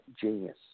genius